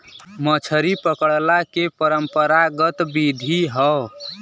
मछरी पकड़ला के परंपरागत विधि हौ